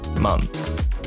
month